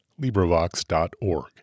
LibriVox.org